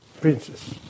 princess